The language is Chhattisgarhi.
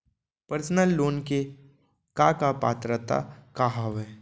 पर्सनल लोन ले के का का पात्रता का हवय?